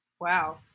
Wow